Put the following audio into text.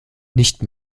nicht